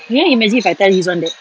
can you imagine if I tell izuan that